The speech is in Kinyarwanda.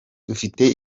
dufite